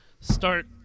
start